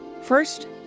First